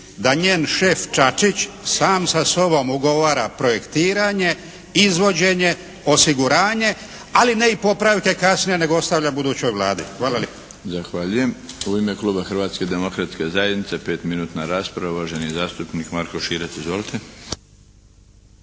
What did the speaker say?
da njen šef Čačić sam sa sobom ugovara projektiranje, izvođenje, osiguranje ali ne i popravke kasnije nego ostavlja budućoj Vladi. Hvala lijepo. **Milinović, Darko (HDZ)** Zahvaljujem. U ime kluba Hrvatske demokratske zajednice pet minutna rasprava, uvaženi zastupnik Marko Širac. Izvolite!